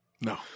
no